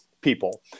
people